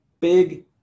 big